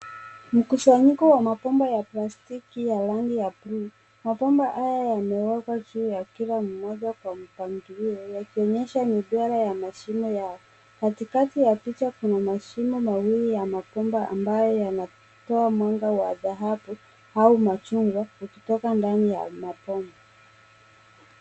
Mkusanyiko wa mabomba ya plastiki ya rangi ya buluu. Mabomba haya yamewekwa juu ya kila moja kwa mpangilio, yakionyesha ni duara ya mashimo yao. Katikati ya picha kuna mashimo mawili ya mabomba ambayo yanatoa mwanga wa dhahabu au machungwa yakitoka ndani ya mabomba.